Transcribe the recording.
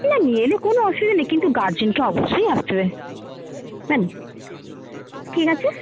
না নিয়ে এলে কোনো অসুবিধা নেই কিন্তু গার্জেনকে অবশ্যই আসতে হবে না ঠিক আছে